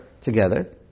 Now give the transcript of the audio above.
together